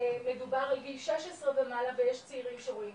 מדובר על גיל 16 ומעלה, ויש צעירים שרואים.